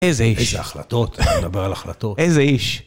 איזה איש. איזה החלטות, נדבר על החלטות. איזה איש.